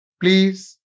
Please